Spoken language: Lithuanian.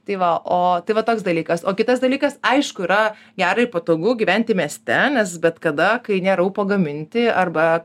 tai va o tai va toks dalykas o kitas dalykas aišku yra gera ir patogu gyventi mieste nes bet kada kai nėra ūpo gaminti arba